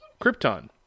Krypton